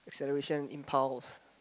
acceleration impulse